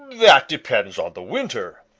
that depends on the winter,